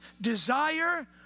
desire